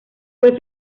fue